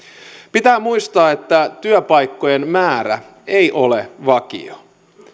pitää muistaa että työpaikkojen määrä ei ole vakio